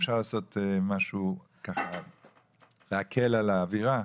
אפשר לעשות משהו ככה להקל על האווירה?